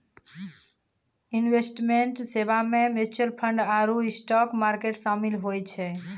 investment सेबा मे mutual fund आरु स्टाक मार्केट शामिल होय छै